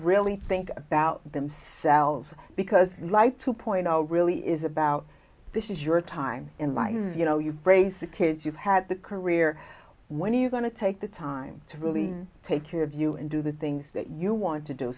really think about themselves because like two point zero really is about this is your time in life you know you've raised the kids you had the career when are you going to take the time to really take your view and do the things that you want to do